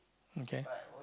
okay